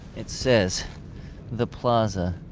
it says the plaza,